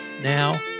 now